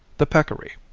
the peccary,